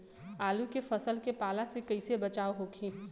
आलू के फसल के पाला से कइसे बचाव होखि?